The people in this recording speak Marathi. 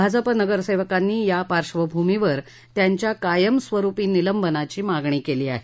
भाजप नगरसेवकांनी या पार्श्वभूमीवर त्यांच्या कायमस्वरूपी निलंबनाची मागणी केली आहे